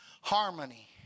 Harmony